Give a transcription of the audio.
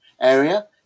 area